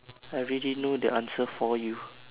I already know the answer for you